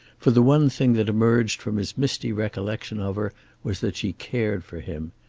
for the one thing that emerged from his misty recollection of her was that she cared for him.